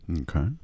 Okay